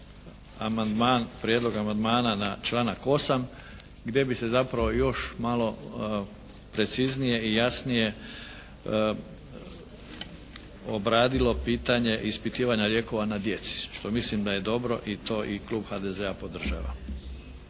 prijedlog amandmana na članak 8. gdje bi se zapravo još malo preciznije i jasnije obradilo pitanje ispitivanja lijekova na djeci, što mislim da je dobro i to i klub HDZ-a podržava.